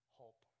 hope